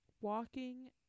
walking